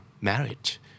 marriage